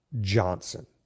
Johnson